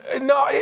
No